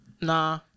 Nah